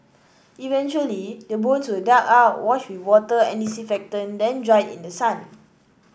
eventually the bones were dug out washed with water and disinfectant then dried in the sun